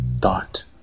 thought